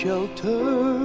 Shelter